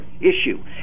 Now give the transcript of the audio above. issue